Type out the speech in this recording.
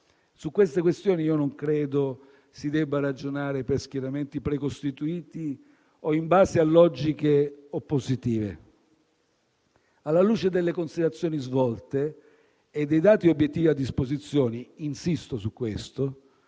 Su queste questioni, io non credo si debba ragionare per schieramenti precostituiti o in base a logiche oppositive. Alla luce delle considerazioni svolte e dei dati obiettivi a disposizione - insisto su questo